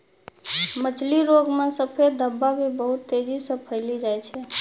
मछली रोग मे सफेद धब्बा भी बहुत तेजी से फैली जाय छै